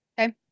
okay